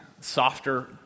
softer